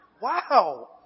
wow